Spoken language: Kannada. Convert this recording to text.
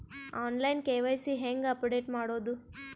ಆನ್ ಲೈನ್ ಕೆ.ವೈ.ಸಿ ಹೇಂಗ ಅಪಡೆಟ ಮಾಡೋದು?